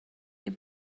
این